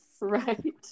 Right